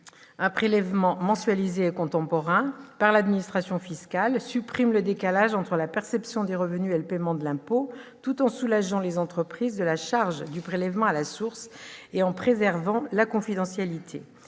Un prélèvement mensualisé et contemporain, par l'administration fiscale, supprime le décalage entre la perception des revenus et le paiement de l'impôt, tout en soulageant les entreprises de la charge du prélèvement à la source et en préservant la confidentialité.